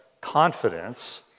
confidence